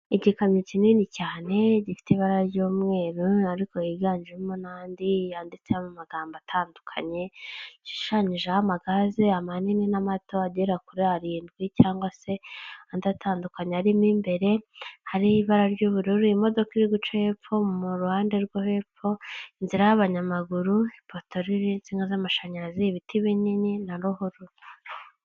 Igikamyo kinini cyane gifite ibara ry'umweru ariko higanjemo n'andi yanditseho amagambogambo atandukanye, gishushanyijeho amagaze, amanini n'amato agera kuri arindwi cyangwa se, andi adatandukanye arimo imbere, hari ibara ry'ubururu imodoka iri guca hepfo mu ruhande rwo hepfo, inzira y'abanyamaguru, ipoto ririho insinga z'amashanyarazi ibiti binini na ruhura.